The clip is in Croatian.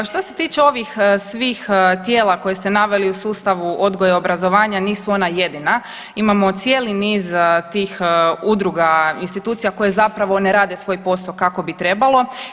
Što se tiče ovih svih tijela koje ste naveli u sustavu odgoja i obrazovanja, nisu ona jedina, imamo cijeli niz tih udruga, institucija koje zapravo ne rade svoj posao kako bi trebalo.